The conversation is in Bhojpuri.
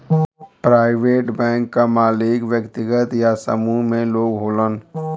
प्राइवेट बैंक क मालिक व्यक्तिगत या समूह में लोग होलन